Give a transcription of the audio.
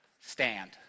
stand